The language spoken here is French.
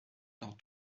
dans